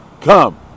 come